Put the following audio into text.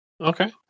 Okay